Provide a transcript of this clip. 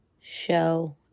show